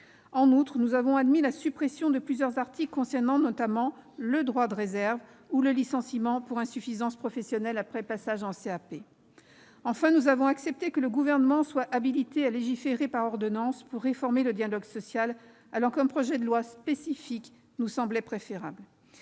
En outre, nous avons admis la suppression de plusieurs articles concernant notamment le droit de réserve ou le licenciement pour insuffisance professionnelle après passage en CAP. Enfin, nous avons accepté que le Gouvernement soit habilité à légiférer par ordonnances pour réformer le dialogue social, alors qu'un projet de loi spécifique nous semblait préférable.